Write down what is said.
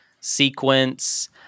sequence